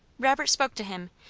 robert spoke to him,